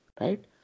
right